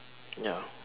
ya